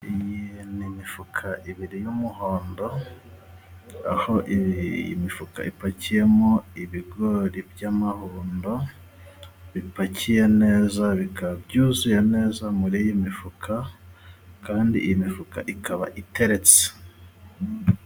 Iyi ni imifuka ibiri y'umuhondo, aho imifuka ipakiyemo ibigori by'amahundo bipakiye neza, bikaba byuzuye neza muri iyi mifuka kandi imifuka ikaba iteretse.